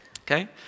Okay